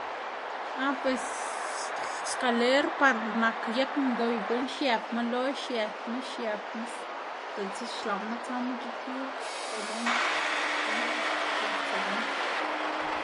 Ah pues xkaler par nak yag ndoy guꞌn xiëpma lo, xiëtma, xiëpma diꞌtse xlaꞌnma tsama gik yu gunu nak guꞌn c̲h̲uꞌnnstsiꞌnma.